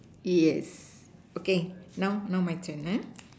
yes okay now now my turn ah